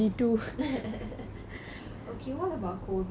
okay what about COVID